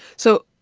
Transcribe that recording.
so,